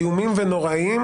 חוקים איומים ונוראיים,